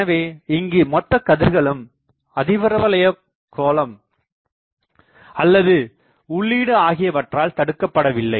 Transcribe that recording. எனவே இங்கு மொத்த கதிர்களும் அதிபரவளைய கோளம் அல்லது உள்ளீடு ஆகியவற்றால் தடுக்கப்படவில்லை